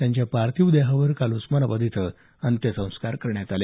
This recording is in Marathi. त्यांच्या पार्थिव देहावर काल उस्मानाबाद इथं अंत्यसंस्कार करण्यात आले